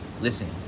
Listen